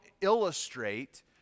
illustrate